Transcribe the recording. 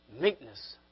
meekness